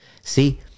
See